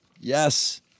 Yes